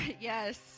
yes